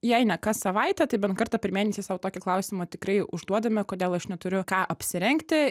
jei ne kas savaitę tai bent kartą per mėnesį sau tokį klausimą tikrai užduodame kodėl aš neturiu ką apsirengti